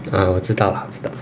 ah 我知道啦知道